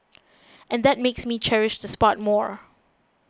and that makes me cherish the spot more